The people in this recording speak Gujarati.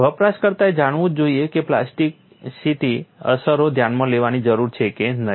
વપરાશકર્તાએ જાણવું જ જોઇએ કે પ્લાસ્ટિસિટી અસરો ધ્યાનમાં લેવાની જરૂર છે કે નહીં